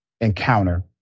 encounter